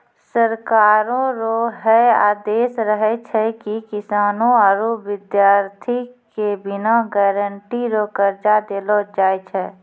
सरकारो रो है आदेस रहै छै की किसानो आरू बिद्यार्ति के बिना गारंटी रो कर्जा देलो जाय छै